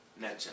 nature